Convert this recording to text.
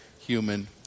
human